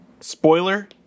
spoiler